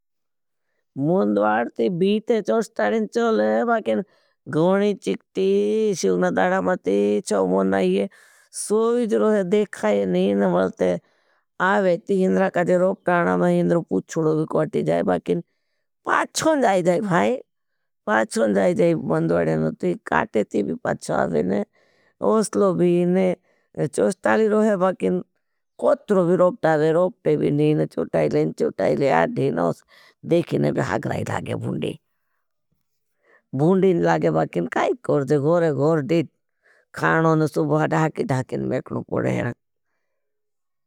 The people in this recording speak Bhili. मुन्द्वार ती बीते चोस्ताली चोले बाकिन गणी चिक्ती शिवना दाड़ा मती चाओ। मुन्द्वार सो वोई देखाइन नी वाड़े ते आवे ती हिंद्रा का जे रोक ता ना व हिन्द्र पुछड़ो काटी जा का वकाइल। पाछो ना जाई भाईल पाछो ना जाई। मुन्द्वार तीर काटे नि तीर पअच्छों भी ने ऊसले भी ने चुस्तलो तोसले रोइन वाकाइन। कोकतरो वी रोकटा वी रोकटे वि नींद चोटाइले चोटाइले अधीनोस देखिन पे हागे लागे भुंडे। भूंडे लागिन बाकिन काये कोरजे घोरे घोरे दीन। खड़ो ना सुबह हटा के ढाकिन ढाकिन मेकिडों कूड़े हा।